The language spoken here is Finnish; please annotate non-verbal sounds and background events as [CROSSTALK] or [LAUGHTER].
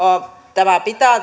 tämä asia pitää [UNINTELLIGIBLE]